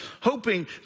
Hoping